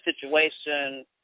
situation